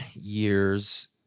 years